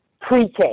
pre-K